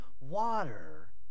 water